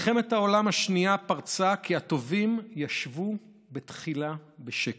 מלחמת העולם השנייה פרצה כי הטובים ישבו תחילה בשקט,